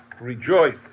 rejoice